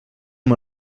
amb